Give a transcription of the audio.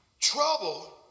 Trouble